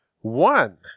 one